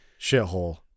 shithole